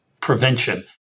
prevention